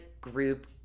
group